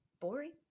boring